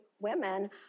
women